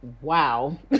Wow